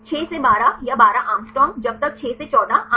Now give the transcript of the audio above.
6 से 12 या 12 Å जब तक 6 से 14 Å